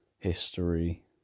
history